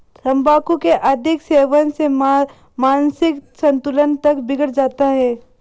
तंबाकू के अधिक सेवन से मानसिक संतुलन तक बिगड़ जाता है